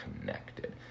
connected